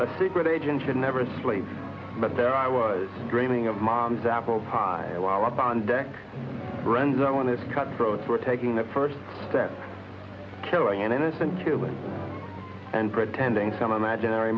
a secret agent should never sleep but there i was dreaming of mom's apple pie our bond deck runs i want to cut throat for taking the first step killing innocent children and pretending some imaginary